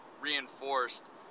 reinforced